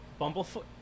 Bumblefoot